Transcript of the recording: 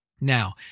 Now